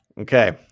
Okay